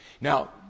Now